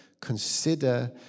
consider